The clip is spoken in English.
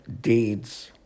deeds